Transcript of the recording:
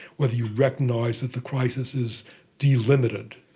whether you recognise that the crisis is delimited,